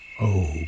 Oh